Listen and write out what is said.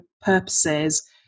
purposes